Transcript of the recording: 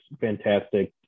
fantastic